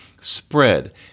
spread